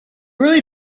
really